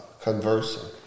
conversing